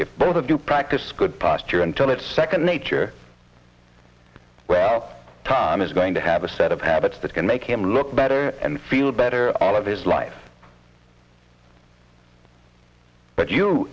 if both of you practice good posture until it's second nature well tom is going to have a set of habits that can make him look better and feel better all of his life but you